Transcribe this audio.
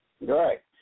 Right